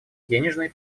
денежные